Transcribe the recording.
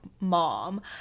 mom